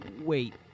Wait